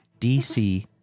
DC